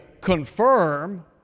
confirm